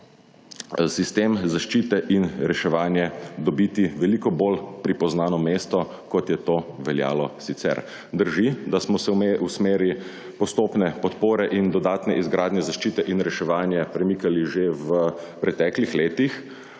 obrambo sistem zaščite in reševanja dobiti veliko bolj pripoznano mesto kot je to veljalo sicer. Drži, da smo se v smeri postopne podpore in dodatne izgradnje zaščite in reševanja premikali že v preteklih letih,